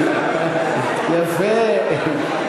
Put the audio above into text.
יפה.